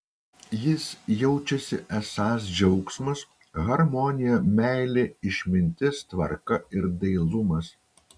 jis jaučiasi esąs džiaugsmas harmonija meilė išmintis tvarka ir dailumas